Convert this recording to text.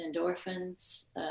endorphins